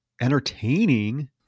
entertaining